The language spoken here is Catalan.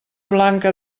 blanca